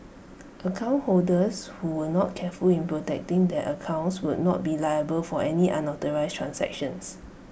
account holders who were not careful in protecting their accounts would not be liable for any unauthorised transactions